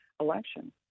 election